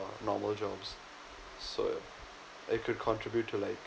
normal jobs so it could contribute to like